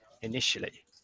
initially